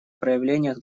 проявлениях